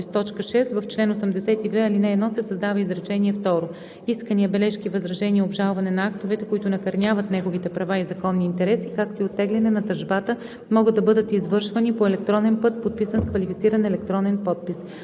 В чл. 82, ал. 1 се създава изречение второ: „Искания, бележки, възражения, обжалване на актовете, които накърняват неговите права и законни интереси, както и оттегляне на тъжбата, могат да бъдат извършвани по електронен път, подписани с квалифициран електронен подпис.“